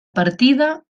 partida